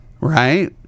Right